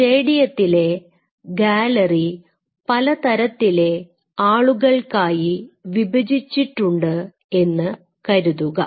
സ്റ്റേഡിയത്തിലെ ഗാലറി പലതരത്തിലെ ആളുകൾക്കായി വിഭജിച്ചിട്ടുണ്ട് എന്ന് കരുതുക